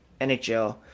NHL